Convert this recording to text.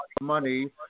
money